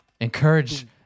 Encourage